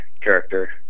character